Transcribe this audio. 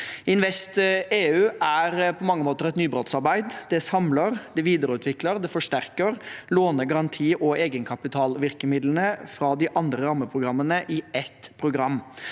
mange måter et nybrottsarbeid. Det samler, det videreutvikler, og det forsterker låne-, garanti- og egenkapitalvirkemidlene fra de andre rammeprogrammene i ett program.